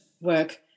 work